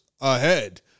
ahead